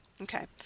Okay